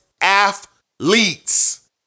athletes